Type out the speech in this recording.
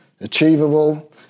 achievable